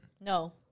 No